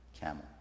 camel